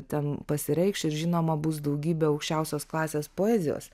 ten pasireikš ir žinoma bus daugybė aukščiausios klasės poezijos